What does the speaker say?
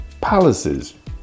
palaces